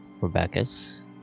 Rebecca's